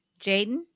Jaden